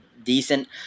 Decent